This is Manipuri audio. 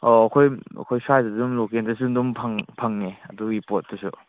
ꯑꯣ ꯑꯩꯈꯣꯏ ꯑꯩꯈꯣꯏ ꯁ꯭ꯋꯥꯏꯗꯁꯨ ꯑꯗꯨꯝ ꯂꯣꯀꯦꯜꯗꯁꯨ ꯑꯗꯨꯝ ꯐꯪꯉꯦ ꯑꯗꯨꯒꯤ ꯄꯣꯠꯇꯨꯁꯨ